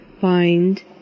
find